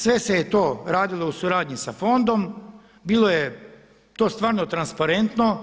Sve se je to radilo u suradnji sa fondom, bilo je to stvarno transparentno,